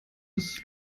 bis